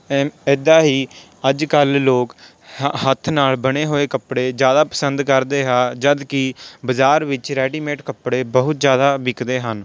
ਇੱਦਾਂ ਹੀ ਅੱਜ ਕੱਲ੍ਹ ਲੋਕ ਹੱਥ ਨਾਲ ਬਣੇ ਹੋਏ ਕੱਪੜੇ ਜ਼ਿਆਦਾ ਪਸੰਦ ਕਰਦੇ ਹੈ ਜਦੋਂ ਕਿ ਬਜ਼ਾਰ ਵਿੱਚ ਰੈਡੀਮੇਡ ਕੱਪੜੇ ਬਹੁਤ ਜ਼ਿਆਦਾ ਵਿੱਕਦੇ ਹਨ